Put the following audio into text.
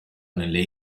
nelle